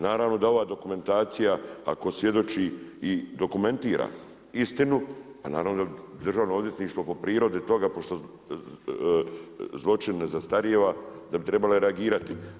Naravno da ova dokumentacija ako svjedoči i dokumentira istinu, pa naravno da Državno odvjetništvo po prirodi toga pošto zločin ne zastarijeva, da bi trebalo reagirati.